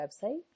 website